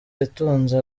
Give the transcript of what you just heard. yatunze